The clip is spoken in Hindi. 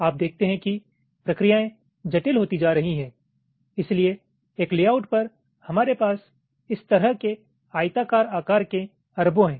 आप देखते हैं कि प्रक्रियाएं जटिल होती जा रही हैं इसलिए एक लेआउट पर हमारे पास इस तरह के आयताकार आकार के अरबों हैं